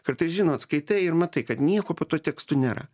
kartais žinot skaitai ir matai kad nieko po tuo tekstu nėra